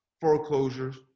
foreclosures